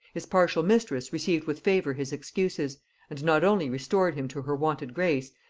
his partial mistress received with favor his excuses and not only restored him to her wonted grace,